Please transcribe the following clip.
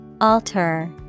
Alter